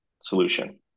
solution